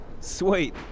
Sweet